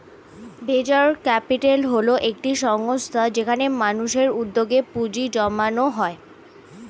venture capital হল একটি সংস্থা যেখানে মানুষের উদ্যোগে পুঁজি জমানো হয়